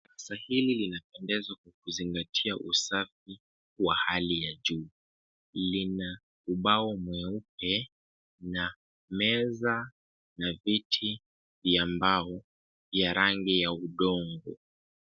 Darasa hili linapendeza kwa kuzingatia usafi wa hali ya juu, lina ubao mweupe na meza, na viti vya mbao, vya rangi ya udongo.